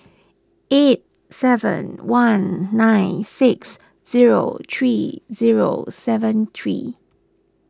eight seven one nine six zero three zero seven three